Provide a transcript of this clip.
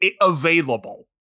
available